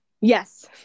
yes